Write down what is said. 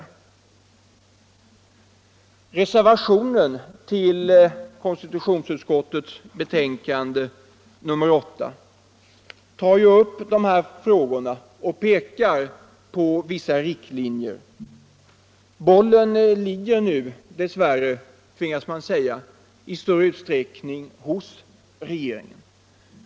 I reservationen till konstitutionsutskottets betänkande nr 8 tas de här frågorna upp, och vissa riktlinjer anges. Bollen ligger nu — dess värre, tvingas man säga — i stor utsträckning hos regeringen.